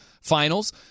finals